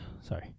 Sorry